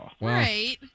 Right